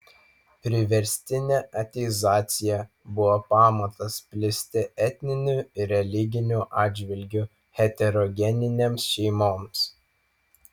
priverstinė ateizacija buvo pamatas plisti etniniu ir religiniu atžvilgiu heterogeninėms šeimoms